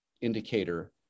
indicator